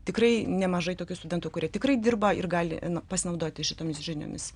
tikrai nemažai tokių studentų kurie tikrai dirba ir gali pasinaudoti šitomis žiniomis